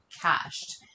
cached